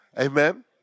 Amen